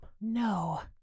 No